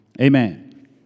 amen